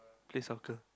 play soccer